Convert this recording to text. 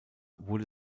wurde